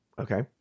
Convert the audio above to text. Okay